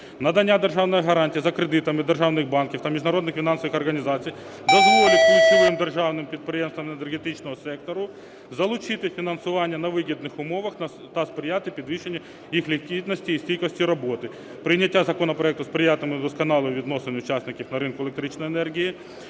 Надання державних гарантій за кредитами державних банків та міжнародних фінансових організацій дозволить ключовим державним підприємствам енергетичного сектору залучити фінансування на вигідних умовах та сприяти підвищенню їх ліквідності та стійкості роботи. Прийняття законопроекту сприятиме вдосконаленню відносин учасників на ринку електричної енергії.